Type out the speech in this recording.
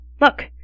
Look